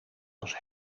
was